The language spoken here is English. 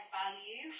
value